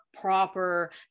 proper